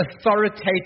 authoritative